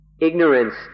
ignorance